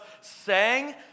sang